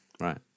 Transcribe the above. right